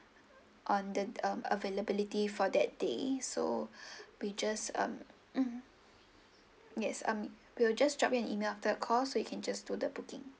on the um availability for that day so we just um yes um we will just drop you an email after the call so we can just do the booking